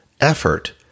effort